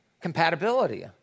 compatibility